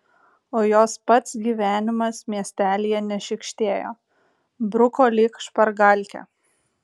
o jos pats gyvenimas miestelyje nešykštėjo bruko lyg špargalkę